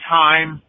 time